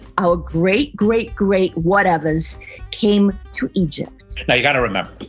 our great, great great whatevers came to egypt. now you gotta remember,